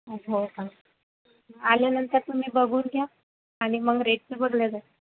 हो का आल्यानंतर तुम्ही बघून घ्या आणि मग रेटचं बोलूया जा